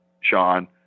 Sean